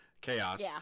chaos